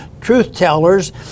truth-tellers